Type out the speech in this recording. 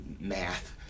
math